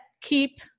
keep